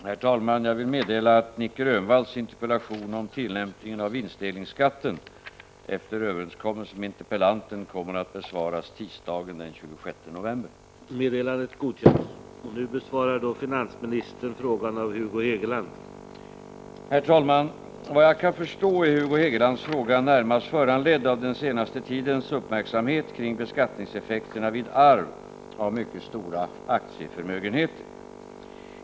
Herr talman! Vad jag kan förstå är Hugo Hegelands fråga närmast föranledd av den senaste tidens uppmärksamhet kring beskattningseffekterna vid arv av mycket stora aktieförmögenheter.